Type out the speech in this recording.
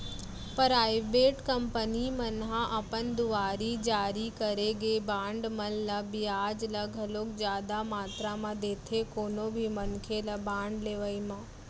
private company मन ह अपन दुवार जारी करे गे बांड मन म बियाज ल घलोक जादा मातरा म देथे कोनो भी मनखे ल बांड लेवई म